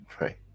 Right